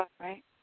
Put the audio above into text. right